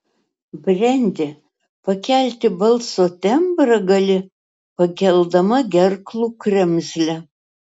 brendi pakelti balso tembrą gali pakeldama gerklų kremzlę